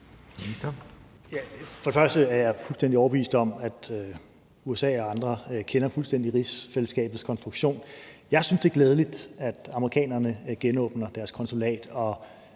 For det første er jeg fuldstændig overbevist om, at USA og andre kender rigsfællesskabets konstruktion fuldstændigt. Jeg synes, det er glædeligt, at amerikanerne genåbner deres konsulat og